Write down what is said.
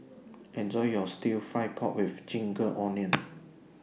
Enjoy your Stir Fry Pork with Ginger Onions